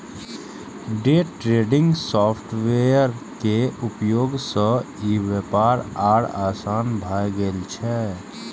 day trading software के उपयोग सं ई व्यापार आर आसान भए गेल छै